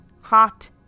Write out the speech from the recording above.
Hot